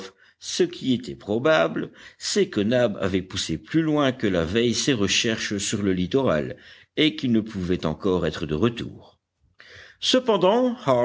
ce qui était probable c'est que nab avait poussé plus loin que la veille ses recherches sur le littoral et qu'il ne pouvait encore être de retour cependant